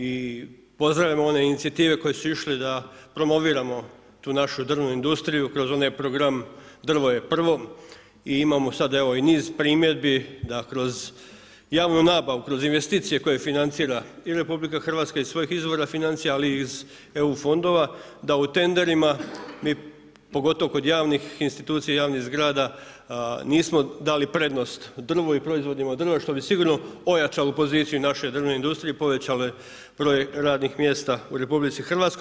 I pozdravljamo one inicijative koje su išle da promoviramo tu našu drvnu industriju kroz onaj program drvo je prvo i imamo sada evo i niz primjedbi da kroz javnu nabavu, da kroz investicije koje financira i RH iz svojih izvora financija, ali iz eu fondova da u tenderima pogotovo kod javnih institucija, javnih zgrada nismo dali prednost drvu i proizvodima od drva što bi sigurno ojačalo poziciju naše drvne industrije i povećale broj radnih mjesta u RH.